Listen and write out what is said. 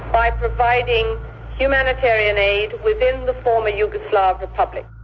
by providing humanitarian aid within the former yugoslav republic.